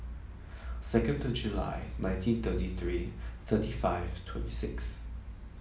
second to July nineteen thirty three thirty five twenty six